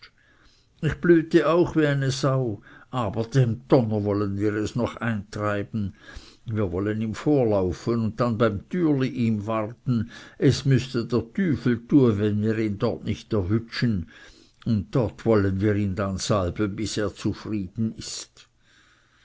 ich blüte auch wie eine sau aber dem donner wollen wir es noch eintreiben wir wollen ihm vorlaufen und dann beim türli ihm warten es müeßts dr tüfel tue wenn wir ihn dort nicht erwütschen und dort wollen wir ihn dann salben bis er zfrieden ist